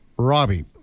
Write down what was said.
Robbie